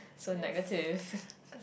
so negative